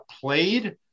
played